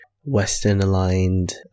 Western-aligned